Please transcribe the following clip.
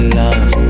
love